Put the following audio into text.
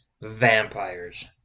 vampires